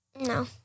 No